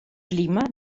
clima